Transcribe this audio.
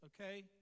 okay